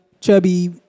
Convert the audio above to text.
chubby